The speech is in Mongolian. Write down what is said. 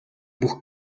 бүх